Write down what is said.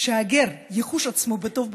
וכזו שהגר יחוש עצמו בטוב בקרבכם".